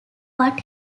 what